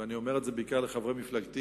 אני אומר את זה בעיקר לחברי מפלגתי,